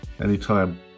Anytime